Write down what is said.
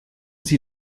sie